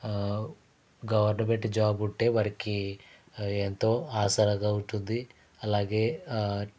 government job ఉంటే వారికి ఎంతో ఆసరాగా ఉంటుంది అలాగే